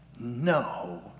no